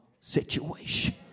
situation